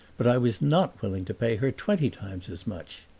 but i was not willing to pay her twenty times as much.